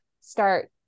start